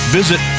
visit